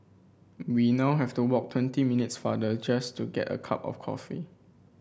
we now have to walk twenty minutes farther just to get a cup of coffee